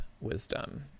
wisdom